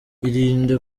irinde